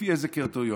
לפי אילו קריטריונים.